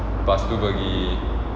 pastu pergi mana